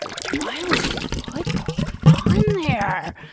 why would you put those on there?